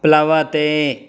प्लवते